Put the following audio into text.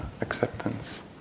acceptance